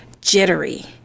jittery